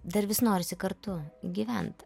dar vis norisi kartu gyvent